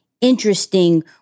interesting